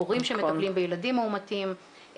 הורים שמטפלים בילדים מאומתים,